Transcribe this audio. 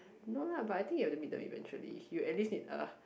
no lah but I think you have to meet them eventually you at least need a